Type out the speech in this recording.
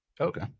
Okay